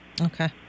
Okay